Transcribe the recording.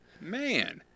man